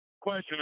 Question